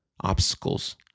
Obstacles